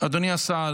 אדוני השר,